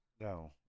No